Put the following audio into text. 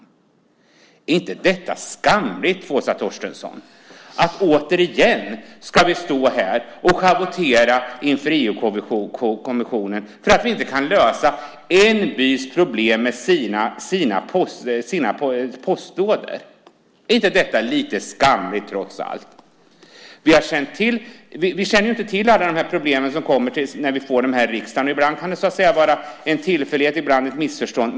Är det inte skamligt, Åsa Torstensson, att vi återigen ska stå här och schavottera inför EU-kommissionen för att vi inte kan lösa en bys problem med postlådor? Är inte detta lite skamligt trots allt? Vi känner inte till alla problemen när vi får frågorna till riksdagen. Ibland kan det vara en tillfällighet, ibland ett missförstånd.